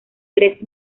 tres